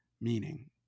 meaning